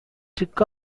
trick